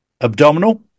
abdominal